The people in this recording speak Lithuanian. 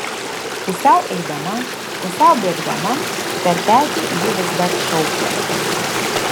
pusiau eidama pusiau bėgdama per petį ji vis dar šaukė